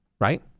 right